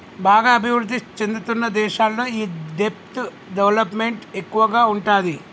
బాగా అభిరుద్ధి చెందుతున్న దేశాల్లో ఈ దెబ్ట్ డెవలప్ మెంట్ ఎక్కువగా ఉంటాది